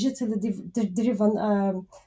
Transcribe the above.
digitally-driven